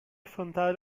affrontare